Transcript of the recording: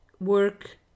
work